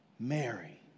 Mary